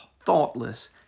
thoughtless